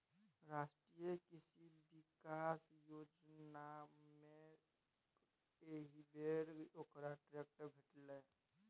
राष्ट्रीय कृषि विकास योजनामे एहिबेर ओकरा ट्रैक्टर भेटलै